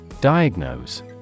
Diagnose